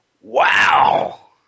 Wow